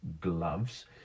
gloves